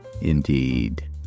Indeed